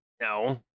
No